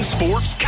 Sports